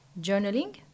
journaling